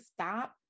stop